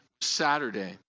Saturday